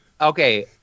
Okay